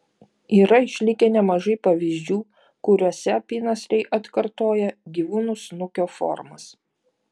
yra išlikę nemažai pavyzdžių kuriuose apynasriai atkartoja gyvūnų snukio formas